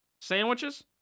Sandwiches